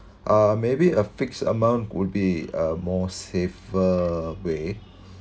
uh maybe a fixed amount would be uh more safer way